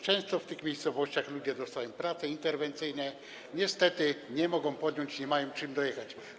Często w tych miejscowościach ludzie dostają prace interwencyjne, niestety, nie mogą ich podjąć, bo nie mają czym dojechać.